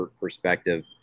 perspective